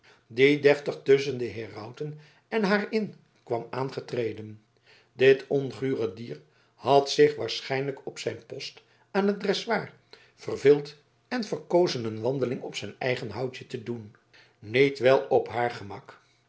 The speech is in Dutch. die deftig tusschen de herauten en haar in kwam aangetreden dit ongure dier had zich waarschijnlijk op zijn post aan het dressoir verveeld en verkozen een wandeling op zijn eigen houtje te doen niet wel op haar gemak